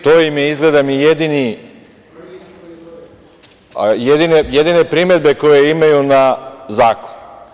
To su im izgleda jedine primedbe koje imaju na zakon.